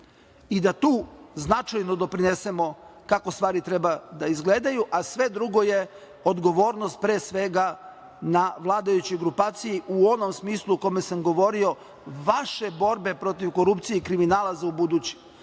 Da tu značajno doprinesemo kako stvari treba da izgledaju, a sve drugo je odgovornost, pre svega, na vladajućoj grupaciji u onom smislu u kom sam govorio, vaše borbe protiv korupcije i kriminala za ubuduće.